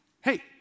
Hey